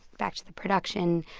back to the production.